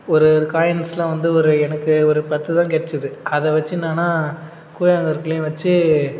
ஒரு ஒரு காயின்ஸ்லாம் வந்து ஒரு எனக்கு ஒரு பத்துதான் கிடச்சிது அதை வச்சு என்னான்னா கூழாங்கற்களையும் வச்சு